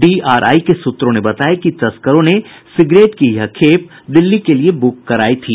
DRI के सूत्रों ने बताया कि तस्करों ने सिगरेट की यह खेप दिल्ली के लिए बुक कराई थी